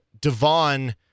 Devon